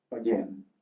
again